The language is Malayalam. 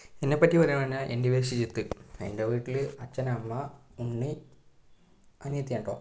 എന്നെപ്പറ്റി പറയുക പറഞ്ഞാൽ എൻ്റെ പേര് ഷിജിത്ത് എൻ്റെ വീട്ടിൽ അച്ഛൻ അമ്മ ഉണ്ണി അനിയത്തിയാണ് കേട്ടോ